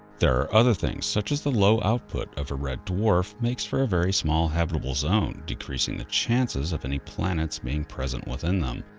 there are other things such as the low light output of a red dwarf makes for a very small habitable zone, decreasing the chances of any planets being present within them.